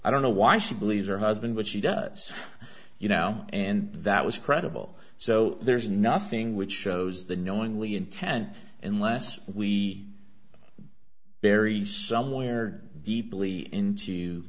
i don't know why she believes her husband what she does you know and that was credible so there's nothing which shows the knowingly intent unless we bury somewhere deeply into